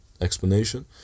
explanation